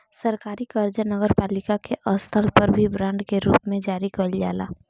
सरकारी कर्जा नगरपालिका के स्तर पर भी बांड के रूप में जारी कईल जाला